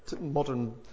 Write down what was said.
modern